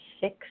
six